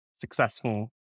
successful